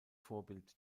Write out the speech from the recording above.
vorbild